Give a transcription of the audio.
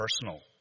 personal